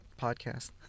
podcast